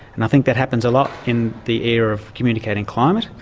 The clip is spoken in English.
and i think that happens a lot in the era of communicating climate,